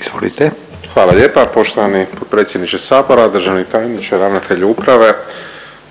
(HDZ)** Hvala lijepa. Poštovani potpredsjedniče Sabora, državni tajniče, ravnatelju uprave.